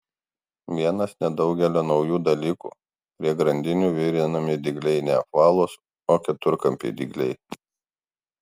vienas nedaugelio naujų dalykų prie grandinių virinami dygliai ne apvalūs o keturkampiai dygliai